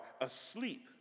asleep